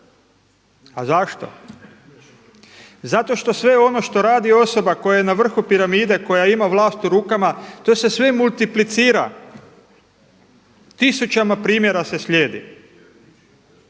A zašto? Zato što sve ono što radi osoba koja je na vrhu piramide, koja ima vlast u rukama to se sve multiplicira, tisućama primjera se slijedi.